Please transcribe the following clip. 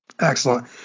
Excellent